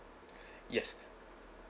yes